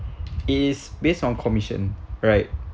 it is based on commission right